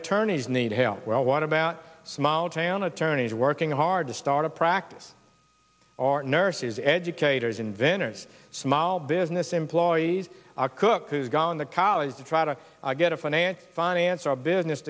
attorneys need help well what about small town attorneys working hard to start a practice our nurses educators inventors small business employees a cook who gone to college to try to get a finance finance or a business